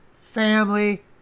family